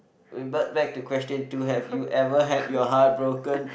wait but like to question too have you ever had your heart broken